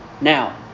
now